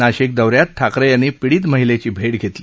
नाशिक दौऱ्यात ठाकरे यांनी पीडित महिलेची भेट घेतली